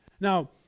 Now